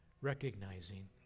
recognizing